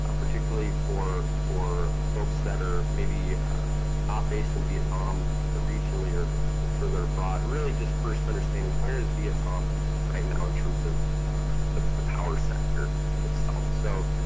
ah particularly for for folks that are maybe not based in vietnam either regionally or or further abroad, really just first understanding where is vietnam right now in terms of the power sector itself. so,